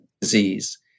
disease